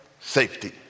safety